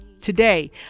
today